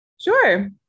sure